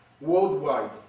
worldwide